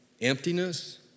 Emptiness